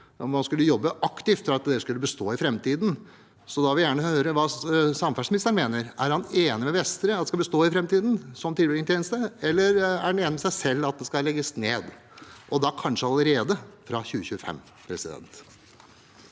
og man skulle jobbe aktivt for at det skulle bestå i framtiden. Da vil jeg gjerne høre hva samferdselsministeren mener. Er han enig med Vestre i at det skal bestå i framtiden, som tilbringertjeneste, eller er han enig med seg selv i at det skal legges ned, og da kanskje allerede fra 2025? Statsråd